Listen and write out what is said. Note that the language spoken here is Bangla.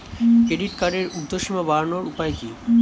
ক্রেডিট কার্ডের উর্ধ্বসীমা বাড়ানোর উপায় কি?